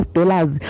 Dollars